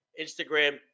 Instagram